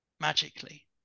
magically